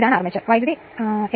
അതിനാൽ ഇത് 230 0